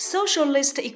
Socialist